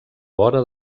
vora